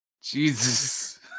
Jesus